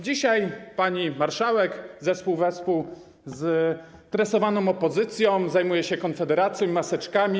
Dzisiaj pani marszałek wespół w zespół z tresowaną opozycją zajmuje się Konfederacją i maseczkami.